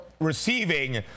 receiving